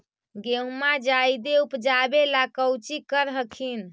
गेहुमा जायदे उपजाबे ला कौची कर हखिन?